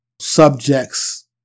subjects